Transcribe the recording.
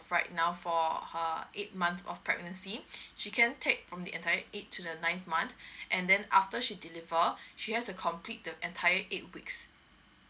right now for her eight months of pregnancy she can take from the entire eight to the ninth month and then after she deliver she has to complete the entire eight weeks